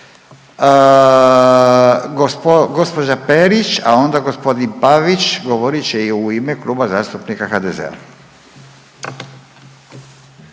onda g. Pavić govorit će i u ime Kluba zastupnika HDZ-a.